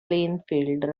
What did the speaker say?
plainfield